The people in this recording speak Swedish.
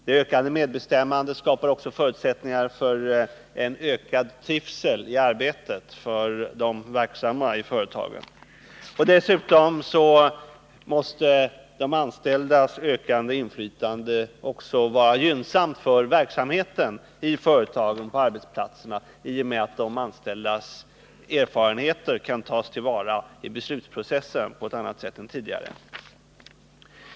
Det ökade medbestämmandet skapar också förutsättningar för en bättre trivsel i arbetet för de i företagen verksamma. Dessutom måste de anställdas ökade inflytande också vara gynnsamt för verksamheten i företagen och på arbetsplatserna i och med att de anställdas erfarenheter på ett annat sätt än tidigare kan tas till vara i beslutsprocessen.